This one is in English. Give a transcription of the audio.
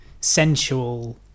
sensual